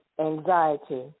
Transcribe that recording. anxiety